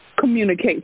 communicate